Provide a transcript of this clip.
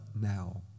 now